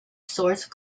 source